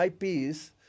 IPs